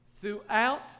throughout